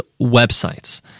websites